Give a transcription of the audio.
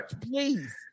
please